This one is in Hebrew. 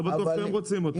לא בטוח שהם רוצים אותה.